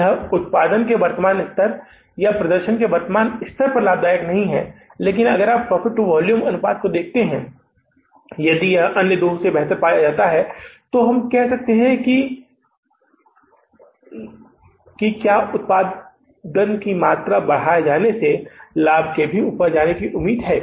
यह उत्पादन के वर्तमान स्तर या प्रदर्शन के वर्तमान स्तर पर लाभदायक नहीं है लेकिन अगर आप प्रॉफिट टू वोल्यूम अनुपात में देखते हैं यदि यह अन्य दो से बेहतर पाया जाता है तो हम कह सकते हैं कि क्या उत्पादन की मात्रा बढ़ जाती है लाभ भी ऊपर जाने की उम्मीद है